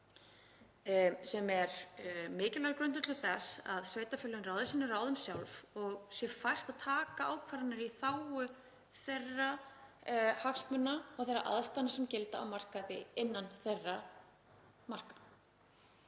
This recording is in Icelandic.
sem er mikilvægur grundvöllur þess að sveitarfélögin ráði sínum ráðum sjálf og að þeim sé fært að taka ákvarðanir í þágu þeirra hagsmuna og þeirra aðstæðna sem gilda á markaði innan þeirra marka.